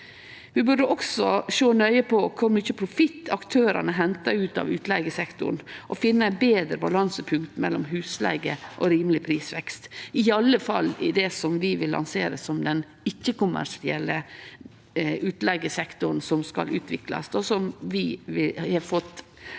Vi burde også sjå nøye på kor mykje profitt aktørane hentar ut av utleigesektoren, og finne eit betre balansepunkt mellom husleige og rimeleg prisvekst – i alle fall i det vi vil lansere som den ikkje-kommersielle utleigesektoren som skal utviklast, og som vi saman